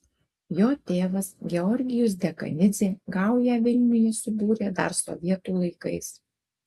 jo tėvas georgijus dekanidzė gaują vilniuje subūrė dar sovietų laikais